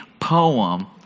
poem